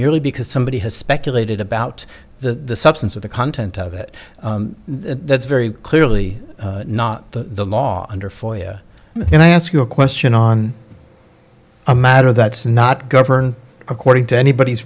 merely because somebody has speculated about the substance of the content of it that's very clearly not the law under for you and i ask you a question on a matter that's not govern according to anybody's